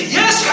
yes